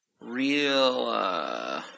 real